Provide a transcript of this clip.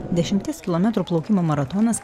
dešimties kilometrų plaukimo maratonas